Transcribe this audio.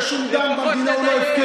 ושום דם אינו הפקר.